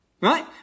right